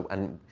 and,